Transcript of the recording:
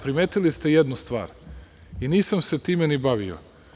Primetili ste jednu stvar i nisam se time ni bavio.